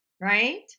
right